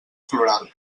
floral